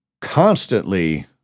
constantly